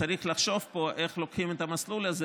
צריך לחשוב פה איך לוקחים את המסלול הזה